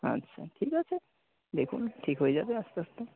আচ্ছা ঠিক আছে দেখুন ঠিক হয়ে যাবে আস্তে আস্তে